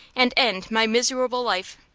and end my misewable life.